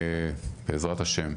בעזרת השם,